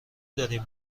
دارین